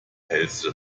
hälse